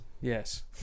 yes